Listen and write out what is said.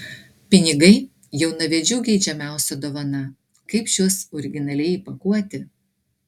pinigai jaunavedžių geidžiamiausia dovana kaip šiuos originaliai įpakuoti